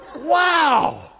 wow